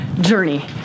journey